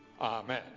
Amen